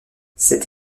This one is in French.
cet